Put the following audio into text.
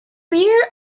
rear